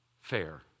fair